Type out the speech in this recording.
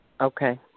Okay